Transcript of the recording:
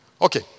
Okay